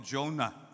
Jonah